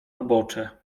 ubocze